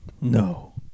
No